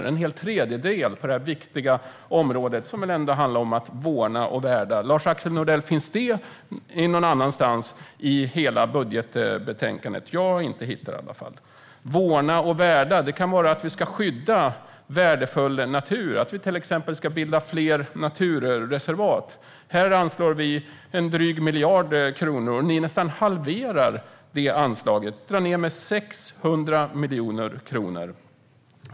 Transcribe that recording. Det handlar om en tredjedel inom detta viktiga område, som väl ändå ska vårdas och värnas. Finns detta någon annanstans i budgetbetänkandet? Jag har i varje fall inte hittat det. Att vårda och värna kan innebära att man skyddar värdefull natur genom att exempelvis bilda fler naturreservat. Vi anslår drygt 1 miljard kronor, medan ni nästan halverar detta anslag och drar ned med nästan 600 miljoner kronor.